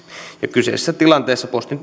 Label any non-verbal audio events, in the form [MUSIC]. kyseisessä tilanteessa postin [UNINTELLIGIBLE]